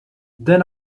then